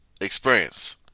experience